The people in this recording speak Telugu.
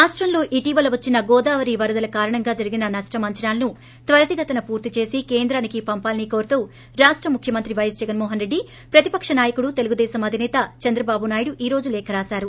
రాష్టంలో ఇటీవల వచ్చిన గోదావరి వరదల కారణంగా జరిగిన నష్షం అంచనాలను త్వరీతగతిన పూర్తిచేసి కేంద్రానికి పంపాలని కోరుతూ రాష్ట ముఖ్యమంత్రి వైఎస్ జగన్మోహనరెడ్డికి ప్రతిపక్ష నాయకుడు తెలుగుదేశం అధోసీత ఎన్ చంద్రబాబు నాయుడు ఈ రోజు లేఖ రాశారు